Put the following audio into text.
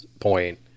point